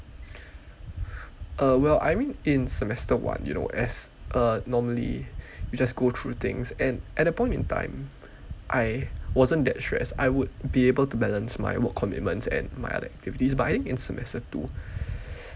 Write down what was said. uh well I mean in semester one you know as normally you just go through things and at that point in time I wasn't that stressed I would be able to balance my work commitments and my other activities but I think in semester two